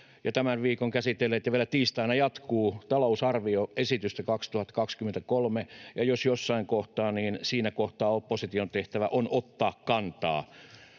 tämän viikon käsitelleet — ja vielä tiistaina jatkuu — talousarvioesitystä 2023, ja jos jossain niin siinä kohtaa opposition tehtävä on ottaa kantaa